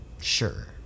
Sure